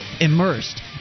immersed